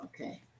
Okay